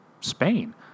Spain